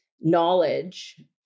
knowledge